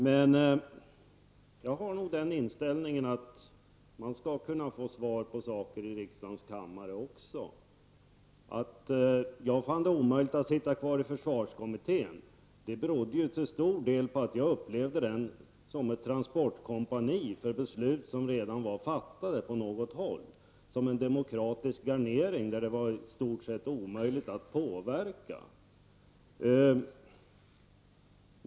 Men jag har nog inställningen att man skall kunna få svar på frågor i riksdagens kammare också. Att jag fann det omöjligt att sitta kvar i försvarskommittén berodde ju till stor del på att jag upplevde den som ett transportkompani för beslut som redan var fattade på annat håll, som en demokratisk garnering, där det i stort sett var omöjligt att påverka.